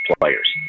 players